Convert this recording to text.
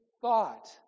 thought